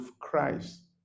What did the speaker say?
Christ